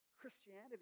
Christianity